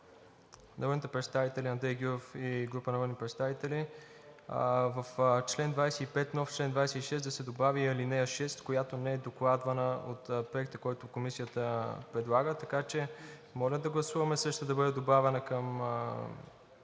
народния представител Андрей Гюров и група народни представители в чл. 25, нов чл. 26, да се добави и ал. 6, която не е докладвана от Проекта, който Комисията предлага. Така че моля да гласуваме да бъде добавена ал.